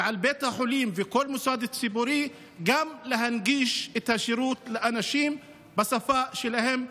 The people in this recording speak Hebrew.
ועל בית החולים ועל כל מוסד ציבורי להנגיש את השירות לאנשים בשפה שלהם,